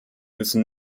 müssen